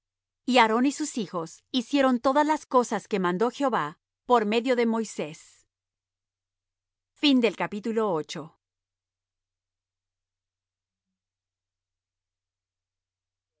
y aarón y sus hijos hicieron todas las cosas que mandó jehová por medio de moisés y